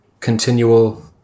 continual